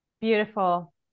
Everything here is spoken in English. beautiful